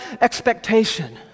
expectation